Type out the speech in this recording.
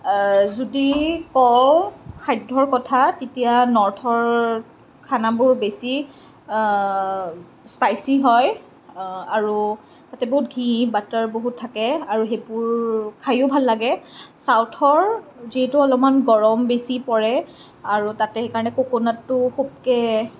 যদি কওঁ খাদ্যৰ কথা তেতিয়া নৰ্থৰ খানাবোৰ বেছি স্পাইছি হয় আৰু তাতে বহুত ঘিউ বাটাৰ বহুত থাকে আৰু সেইবোৰ খাইও ভাল লাগে ছাউথৰ যিহেতু অলপমান গৰম বেছি পৰে আৰু তাতে সেইকাৰণে ককনাতটো খুবকৈ